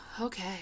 okay